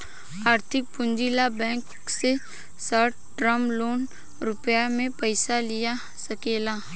आर्थिक पूंजी ला बैंक से शॉर्ट टर्म लोन के रूप में पयिसा लिया सकेला